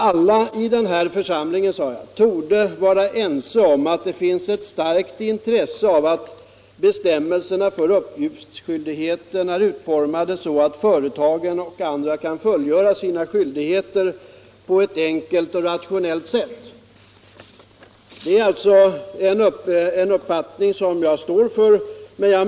Alla i den här församlingen, sade jag, torde vara ense om att det finns ett starkt intresse av att bestämmelserna för uppgiftsskyldigheten är utformade så att företagen och andra kan fullgöra sina skyldigheter på ett enkelt och rationellt sätt. Det är en uppfattning som jag står för.